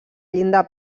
llinda